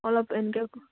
অলপ এনকে